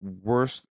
worst